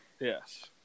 Yes